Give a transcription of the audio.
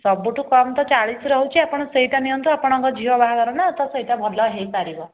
ସବୁଠୁ କମ୍ ତ ଚାଳିଶ ରହୁଛି ଆପଣ ସେଇଟା ନିଅନ୍ତୁ ଆପଣଙ୍କ ଝିଅ ବାହାଗର ନା ତ ସେଇଟା ଭଲ ହୋଇପାରିବ